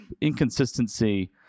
inconsistency